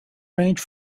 range